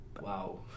wow